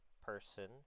person